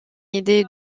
idée